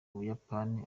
buyapani